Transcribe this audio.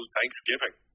Thanksgiving